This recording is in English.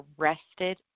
arrested